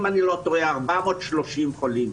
אם אני לא טועה 430 חולים.